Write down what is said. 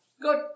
Good